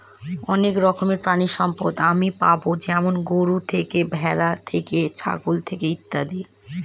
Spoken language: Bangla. অনেক রকমের প্রানীসম্পদ আমি পাবো যেমন গরু থেকে, ভ্যাড়া থেকে, ছাগল থেকে ইত্যাদি